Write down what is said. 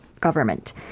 government